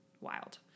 wild